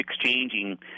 exchanging